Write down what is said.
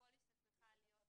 הפוליסה צריכה להיות